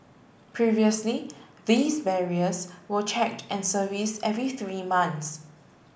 previously these barriers were checked and service every three months